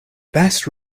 best